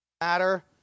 matter